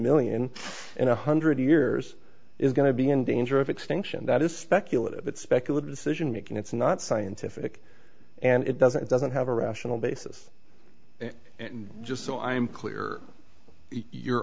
million and one hundred years is going to be in danger of extinction that is speculative but speculative decision making it's not scientific and it doesn't doesn't have a rational basis just so i'm clear your